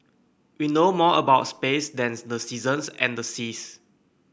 we know more about space than the seasons and the seas